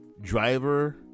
Driver